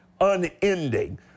unending